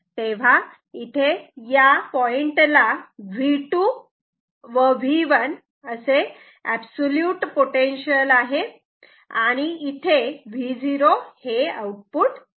तेव्हा या पॉइंटला V2 व V1 अब्सोल्युट पोटेन्शियल आहे आणि Vo हे आउटपुट आहे